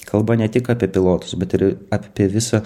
kalba ne tik apie pilotus bet ir ap pie visą